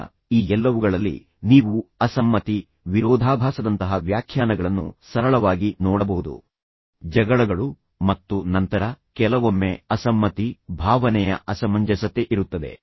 ಈಗ ಈ ಎಲ್ಲವುಗಳಲ್ಲಿ ನೀವು ಅಸಮ್ಮತಿ ವಿರೋಧಾಭಾಸದಂತಹ ವ್ಯಾಖ್ಯಾನಗಳನ್ನು ಸರಳವಾಗಿ ನೋಡಬಹುದು ಜಗಳಗಳು ಮತ್ತು ನಂತರ ಕೆಲವೊಮ್ಮೆ ಅಸಮ್ಮತಿ ಭಾವನೆಯ ಅಸಮಂಜಸತೆ ಇರುತ್ತದೆ